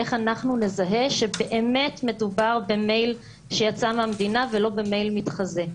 איך אנחנו נזהה באמת שמדובר במייל שיצא מהמדינה ולא במייל מתחזה?